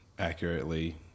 accurately